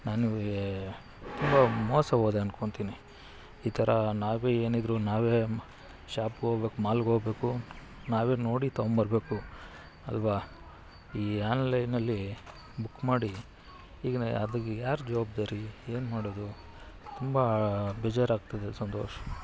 ನನಗೆ ತುಂಬ ಮೋಸ ಹೋದೆ ಅಂದ್ಕೊಳ್ತೀನಿ ಈ ಥರ ನಾವೇ ಏನಿದ್ದರೂ ನಾವೇ ಶಾಪ್ಗೋಗ್ಬೇಕು ಮಾಲ್ಗೋಗಬೇಕು ನಾವೇ ನೋಡಿ ತೊಗೊಂಡ್ಬರ್ಬೇಕು ಅಲ್ವಾ ಈ ಆನ್ಲೈನಲ್ಲಿ ಬುಕ್ ಮಾಡಿ ಈಗ ನಾನು ಅದಕ್ಕೆ ಯಾರು ಜವಾಬ್ದಾರಿ ಏನು ಮಾಡೋದು ತುಂಬ ಬೇಜಾರಾಗ್ತಿದೆ ಸಂತೋಷ್